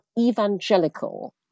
evangelical